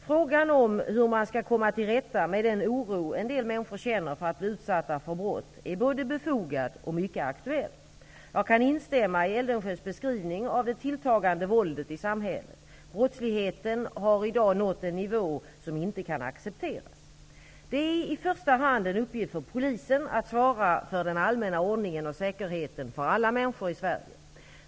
Frågan om hur man skall komma till rätta med den oro en del människor känner för att bli utsatta för brott är både befogad och mycket aktuell. Jag kan instämma i Eldensjös beskrivning av det tilltagande våldet i samhället. Brottsligheten har i dag nått en nivå som inte kan accepteras. Det är i första hand en uppgift för polisen att svara för den allmänna ordningen och säkerheten för alla människor i Sverige.